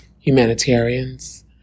humanitarians